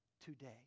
today